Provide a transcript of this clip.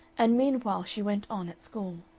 and meanwhile she went on at school.